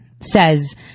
says